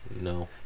No